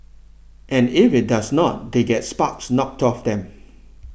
and if it does not they get sparks knocked off them